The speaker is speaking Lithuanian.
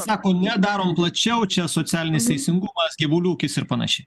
sako ne darom plačiau čia socialinis teisingumas gyvulių ūkis ir panašiai